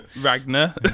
Ragnar